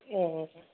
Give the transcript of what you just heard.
ए